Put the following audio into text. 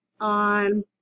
on